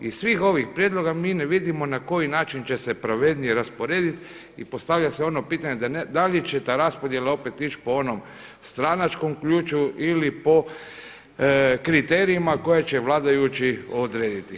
Iz svih ovih prijedloga mi ne vidimo na koji način će se pravednije rasporediti i postavlja se ono pitanje da li će ta raspodjela opet ići po onom stranačkom ključu ili po kriterijima koje će vladajući odrediti.